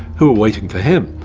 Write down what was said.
who were waiting for him.